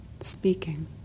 speaking